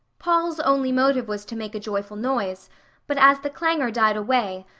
paul's only motive was to make a joyful noise but as the clangor died away,